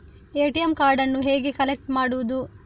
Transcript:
ATM ಕಾರ್ಡನ್ನು ಹೇಗೆ collect ಮಾಡುವುದು?